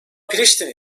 priştine